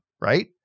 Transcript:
right